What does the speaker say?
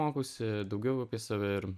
mokausi daugiau apie save ir